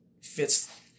fits